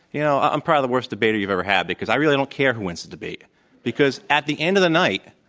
you know, i'm probably the worst debater you've ever had because i really don't care who wins the debate because at the end of the night,